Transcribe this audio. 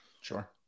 Sure